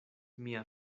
mia